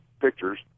pictures